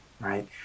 Right